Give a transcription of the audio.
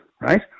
right